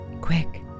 Quick